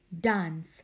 dance